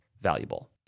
valuable